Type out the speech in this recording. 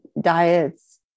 diets